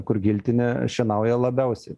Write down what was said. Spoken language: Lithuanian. kur giltinė šienauja labiausiai